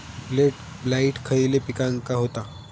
Late blight खयले पिकांका होता?